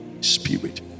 Spirit